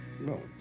No